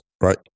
Right